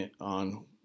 on